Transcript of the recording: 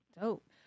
Dope